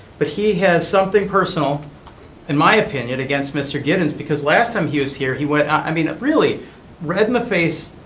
but he has something personal in my opinion against mr. gittens because last time he was here, he went, i mean really red in the face.